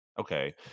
okay